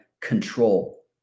control